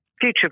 future